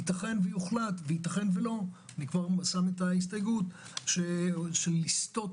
ייתכן שיוחלט וייתכן שלא אני שם את ההסתייגות של לסטות